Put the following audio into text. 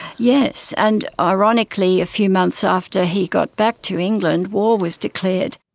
yes, and ironically a few months after he got back to england, war was declared.